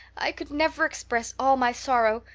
i could never express all my sorrow,